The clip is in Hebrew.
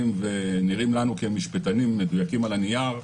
ונראים לנו כמשפטנים מדויקים על הנייר,